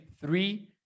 three